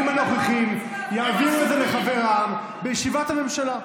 הנוכחים יעבירו את זה לחבריהם בישיבת הממשלה.